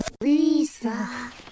Lisa